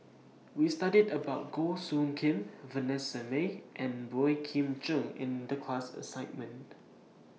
We studied about Goh Soo Khim Vanessa Mae and Boey Kim Cheng in The class assignment